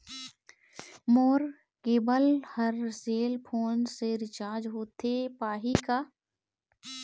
मोर cable हर cell phone से recharge होथे पाही का?